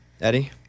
Eddie